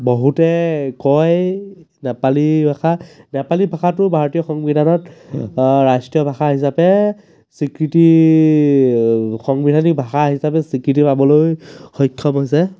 বহুতে কয় নেপালী ভাষা নেপালী ভাষাটো ভাৰতীয় সংবিধানত ৰাষ্ট্ৰীয় ভাষা হিচাপে স্বীকৃতি সংবিধানিক ভাষা হিচাপে স্বীকৃতি পাবলৈ সক্ষম হৈছে